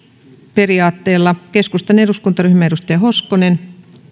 periaatteella keskustan eduskuntaryhmä edustaja hoskonen